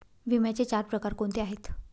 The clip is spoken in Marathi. विम्याचे चार प्रकार कोणते आहेत?